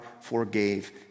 forgave